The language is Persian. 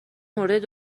مورد